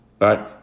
right